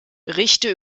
berichte